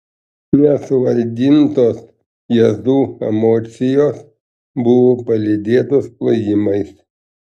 nesuvaidintos jazzu emocijos buvo palydėtos plojimais